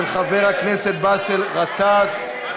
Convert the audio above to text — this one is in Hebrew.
של חבר הכנסת באסל גטאס.